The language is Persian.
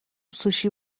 سوشی